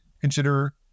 consider